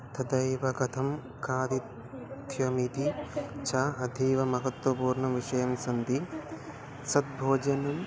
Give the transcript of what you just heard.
तदैव कथं खादितव्यमिति च अतीव महत्त्वपूर्णाः विषयाः सन्ति सद् भोजनं